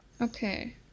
Okay